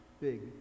big